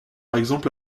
exemple